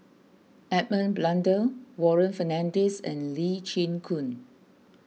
Edmund Blundell Warren Fernandez and Lee Chin Koon